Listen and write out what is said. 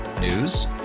News